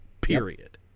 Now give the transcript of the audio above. Period